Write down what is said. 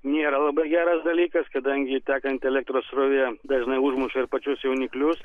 nėra labai geras dalykas kadangi tekanti elektros srovė dažnai užmuša ir pačius jauniklius